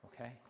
okay